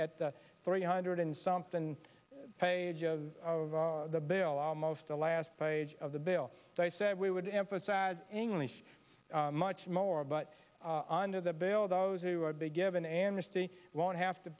at the three hundred and something page of of the bill almost the last page of the bill they said we would emphasize english much more but under the bill those who are they given amnesty won't have to